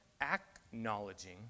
acknowledging